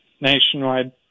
nationwide